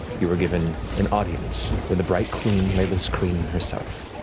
you were given an audience with the bright queen, leylas kryn herself.